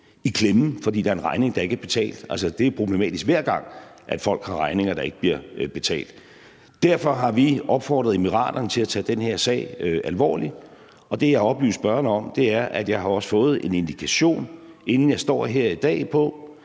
i klemme, fordi der er en regning, der ikke er betalt. Altså, det er problematisk, hver gang folk har regninger, der ikke bliver betalt. Derfor har vi opfordret De Forenede Arabiske Emirater til at tage den her sag alvorligt, og det, jeg har oplyst spørgeren om, er, at jeg også har fået en indikation, inden jeg står her i dag, på,